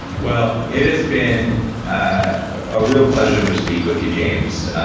well it has been a real pleasure to speak with you james,